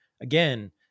again